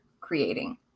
creating